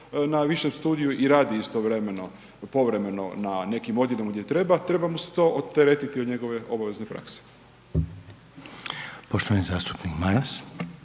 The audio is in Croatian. na višem studiju i radi istovremeno povremeno na nekim odjelima gdje treba, treba mu se to odteretiti od njegove obvezne prakse. **Reiner, Željko